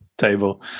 table